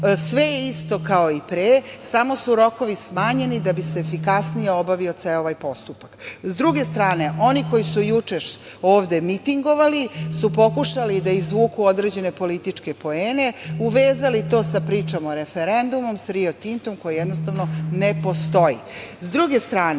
je isto kao i pre, samo su rokovi smanjeni da bi se efikasnije obavio ceo ovaj postupak. S druge strane, oni koji su juče ovde mitingovali su pokušali da izvuku određene političke poene, uvezali to sa pričom o referendumu, sa Rio Tintom, koja jednostavno ne postoji.S druge strane,